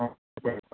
ꯑꯥ ꯐꯔꯦ ꯐꯔꯦ